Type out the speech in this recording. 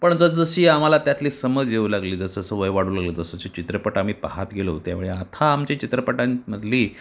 पण जसजशी आम्हाला त्यातली समज येऊ लागली जसजसं वय वाढू लागलं तसं ची चित्रपट आम्ही पाहत गेलो त्यामुळे आता आमची चित्रपटांमधली